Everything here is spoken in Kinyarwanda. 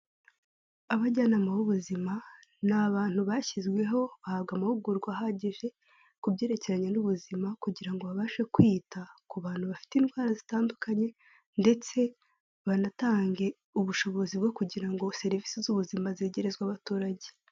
Abajyanama b'ubuzima ni abantu bashyizweho bahabwa amahugurwa ahagije, ku byerekeranye n'ubuzima kugira ngo babashe kwita ku bantu bafite indwara zitandukanye ndetse banatange ubushobozi bwo kugira ngo serivisi z'ubuzima zegerezwe abaturage.